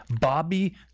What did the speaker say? Bobby